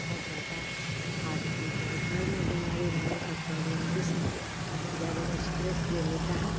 بہت زیادہ ہارڈ ہوتی ہے کیونکہ سر میں بیماری رہنے کا پرابلم اس ایک زیادہ اسٹریس جو لیتا ہے